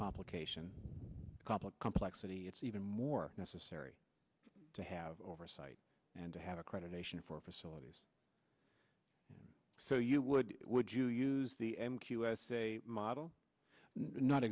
complication conflict complexity it's even more necessary to have oversight and to have accreditation for facilities so you would would you use the m q s a model not